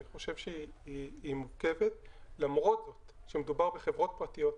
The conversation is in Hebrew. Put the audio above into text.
ואנחנו מופיעים אתם בוועדות למרות שאנחנו לא פרויקטור,